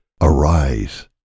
Arise